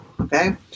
Okay